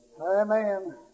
Amen